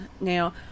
now